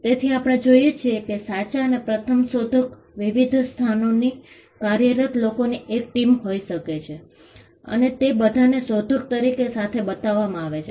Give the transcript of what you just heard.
તેથી આપણે જોઈએ છે કે સાચા અને પ્રથમ શોધક વિવિધ સ્થાનોથી કાર્યરત લોકોની એક ટીમ હોઈ શકે છે અને તે બધાને શોધક તરીકે સાથે બતાવવામાં આવે છે